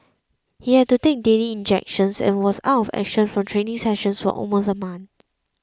he had to take daily injections and was out of action from training sessions for almost a month